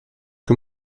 que